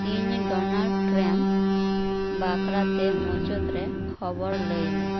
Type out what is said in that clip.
ᱤᱧ Donald Trump ᱵᱟᱠᱷᱨᱟᱛᱮ ᱢᱩᱪᱟᱹᱫᱽ ᱨᱮ ᱠᱷᱚᱵᱚᱨ ᱞᱟᱹᱭ ᱢᱮ